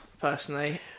personally